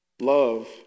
Love